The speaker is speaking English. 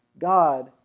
God